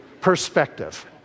perspective